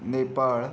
Nepal